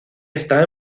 está